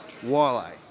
walleye